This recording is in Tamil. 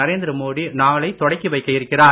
நரேந்திர மோடி நாளை தொடக்கி வைக்க இருக்கிறார்